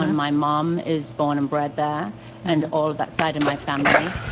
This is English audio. and my mom is born and bred there and all of that side of my family.